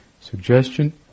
suggestion